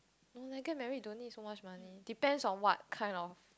when I get married don't need so much money depends on what kind of